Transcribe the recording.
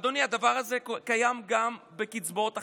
אדוני, הדבר הזה קיים גם בקצבאות אחרות,